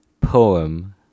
poem